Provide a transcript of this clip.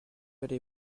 allez